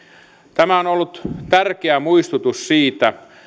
tämä on ollut tärkeä muistutus siitä